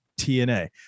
TNA